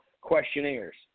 questionnaires